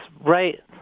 right